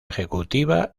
ejecutiva